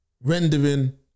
rendering